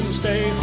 stay